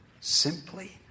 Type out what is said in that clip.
simply